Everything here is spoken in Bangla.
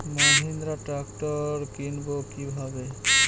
মাহিন্দ্রা ট্র্যাক্টর কিনবো কি ভাবে?